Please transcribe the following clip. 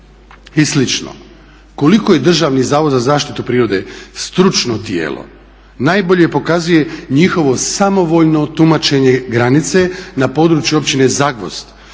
i slično. Koliko je Državni zavod za zaštitu prirode stručno tijelo najbolje pokazuje njihovo samovoljno tumačenje granice na području općine Zagvozd